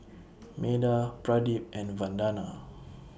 Medha Pradip and Vandana